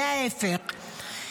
וההפך.